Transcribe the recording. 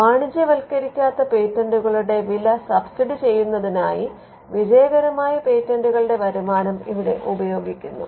വാണിജ്യവത്കരിക്കാത്ത പേറ്റന്റുകളുടെ വില സബ്സിഡി ചെയ്യുന്നതിനായി വിജയകരമായ പേറ്റന്റുകളുടെ വരുമാനം ഇവിടെ ഉപയോഗിക്കുന്നു